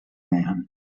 man